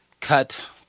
cut